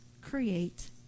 create